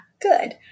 good